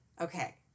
Okay